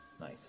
nice